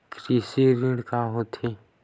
कृषि ऋण का होथे?